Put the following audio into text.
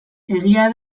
egia